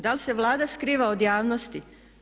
Da li se Vlada skriva od javnosti?